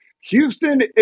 Houston